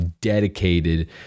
dedicated